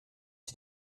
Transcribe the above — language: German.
sie